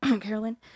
Carolyn